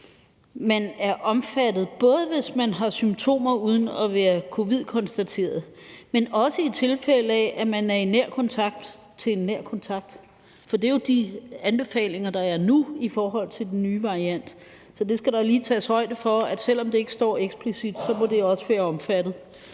man er omfattet, både hvis man har symptomer uden at være konstateret smittet med covid-19, men også i tilfælde, hvor man er nær kontakt til en nær kontakt. For det er jo de anbefalinger, der er nu i forhold til den nye variant. Så det skal der jo lige tages højde for, altså at selv om det ikke står eksplicit, må det også være omfattet.